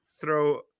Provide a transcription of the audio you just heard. throw